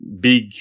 big